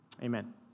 amen